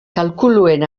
kalkuluen